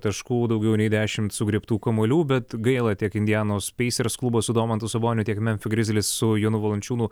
taškų daugiau nei dešimt sugriebtų kamuolių bet gaila tiek indianos peisers klubo su domantu saboniu tiek memfio grizlis su jonu valančiūnu